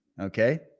okay